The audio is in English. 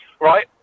right